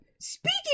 Speaking